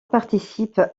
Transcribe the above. participe